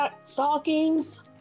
stockings